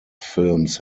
films